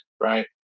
right